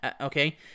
Okay